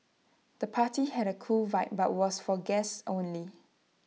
the party had A cool vibe but was for guests only